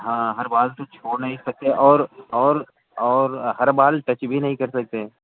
ہاں ہر بال تو چھوڑ نہیں سکتے اور اور اور ہر بال ٹچ بھی نہیں کر سکتے